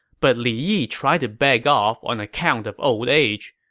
but li yi tried to beg off on account of old age.